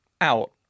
out